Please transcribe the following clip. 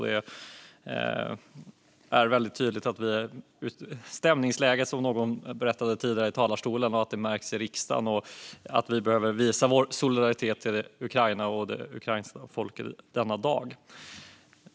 Det är väldigt tydligt att stämningsläget märks i riksdagen, som någon tidigare sa från talarstolen. Vi behöver visa vår solidaritet med Ukraina och det ukrainska folket denna dag.